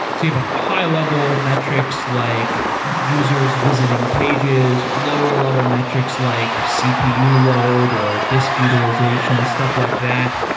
you have a high-level metrics, like users visiting pages, lower level metrics like cpu load or disk utilization, stuff like that.